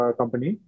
company